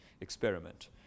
experiment